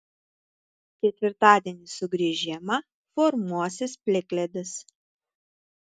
ketvirtadienį sugrįš žiema formuosis plikledis